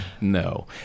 no